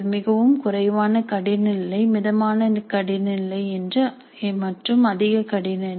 மிகவும் குறைவான கடின நிலை மிதமான கடின நிலை மற்றும் அதிக கடின நிலை